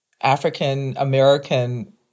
African-American